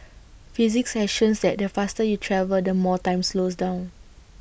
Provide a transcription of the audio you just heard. physics has shows that the faster you travel the more time slows down